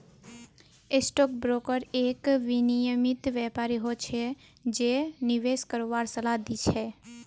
stock broker एक विनियमित व्यापारी हो छै जे निवेश करवार सलाह दी छै